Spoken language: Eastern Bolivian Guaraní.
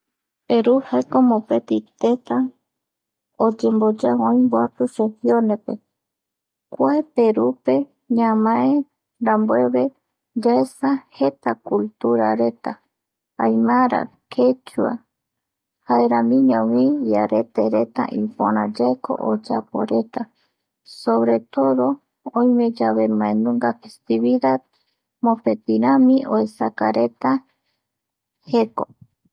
Peru jaeko mopeti tëta oyemboyao oï mboapi seccione pe kua Perupe ñamae rambueve yaesa jeta culturareta aimara quechua jaeramiñovi iaretereta ipöra yaeko oyaporeta sobre todo oime yave mbae nunga actividad mopetirami o esakareta jeko